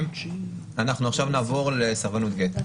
נעבור לסרבנות גט.